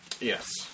yes